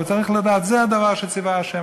הוא צריך לדעת: זה הדבר אשר ציווה ה'.